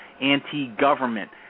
anti-government